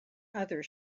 other